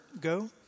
go